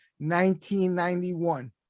1991